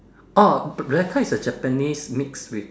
oh bl~ belaka is a Japanese mix with